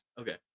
Okay